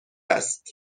است